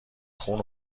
خون